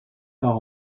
par